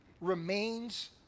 remains